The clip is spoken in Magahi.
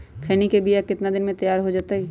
खैनी के बिया कितना दिन मे तैयार हो जताइए?